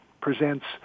presents